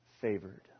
favored